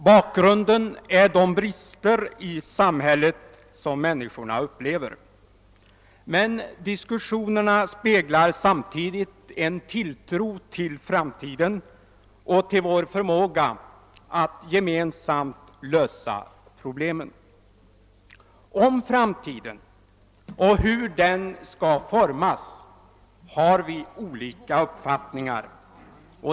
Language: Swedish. Bakgrunden är de brister i samhället som människorna upplever, men diskussionen speglar samtidigt en tilltro till framtiden och till vår förmåga att gemensamt lösa problemen. Om framtiden och om hur den skall utformas har vi olika uppfattningar.